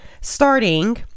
starting